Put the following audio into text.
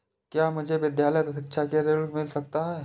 क्या मुझे विद्यालय शिक्षा के लिए ऋण मिल सकता है?